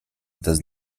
does